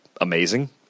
amazing